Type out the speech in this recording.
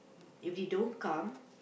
if you don't come